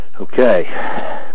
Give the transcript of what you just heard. Okay